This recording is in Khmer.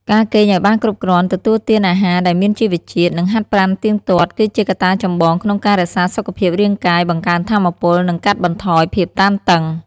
ការគេងឲ្យបានគ្រប់គ្រាន់ ទទួលទានអាហារដែលមានជីវជាតិ និងហាត់ប្រាណទៀងទាត់ គឺជាកត្តាចម្បងក្នុងការរក្សាសុខភាពរាងកាយ បង្កើនថាមពល និងកាត់បន្ថយភាពតានតឹង។